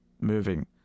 moving